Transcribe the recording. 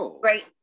Great